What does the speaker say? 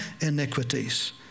iniquities